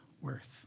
worth